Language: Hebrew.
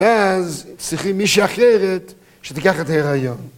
ואז צריכים מישהי אחרת, שתיקח את ההריון.